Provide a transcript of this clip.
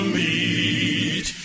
meet